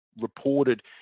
reported